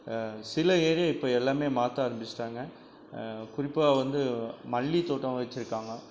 சில ஏரியாவில் இப்போ எல்லாமே மாற்ற ஆரம்மிச்சிட்டாங்க குறிப்பாக வந்து மல்லித்தோட்டம் வச்சுருக்காங்க